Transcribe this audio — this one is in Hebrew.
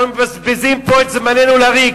אנחנו מבזבזים פה את זמננו לריק.